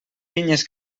pinyes